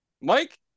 Mike